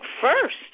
first